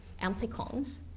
Amplicons